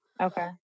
okay